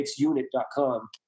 MixUnit.com